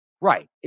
right